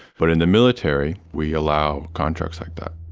but in the military, we allow contracts like that.